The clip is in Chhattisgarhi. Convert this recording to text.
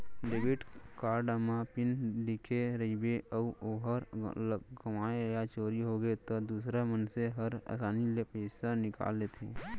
डेबिट कारड म पिन लिखे रइबे अउ ओहर गँवागे या चोरी होगे त दूसर मनसे हर आसानी ले पइसा निकाल लेथें